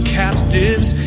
captives